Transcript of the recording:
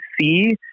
see